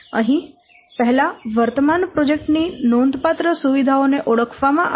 અહીં પહેલા વર્તમાન પ્રોજેક્ટ ની નોંધપાત્ર સુવિધાઓને ઓળખવામાં આવે છે